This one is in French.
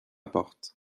porte